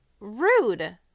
Rude